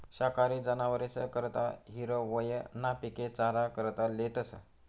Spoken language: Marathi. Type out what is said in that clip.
शाकाहारी जनावरेस करता हिरवय ना पिके चारा करता लेतस